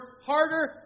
harder